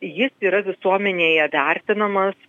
jis yra visuomenėje vertinamas